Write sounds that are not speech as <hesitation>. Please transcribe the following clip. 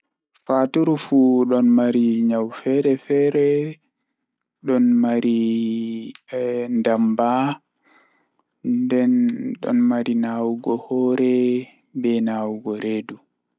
Fa'turu Foo ɗ'on mari nyau fere feree, ɗ'on mari, <hesitation> ndambaa, nden ɗ'on mari naawu go horee bee naawu go redu.